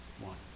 one